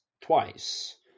twice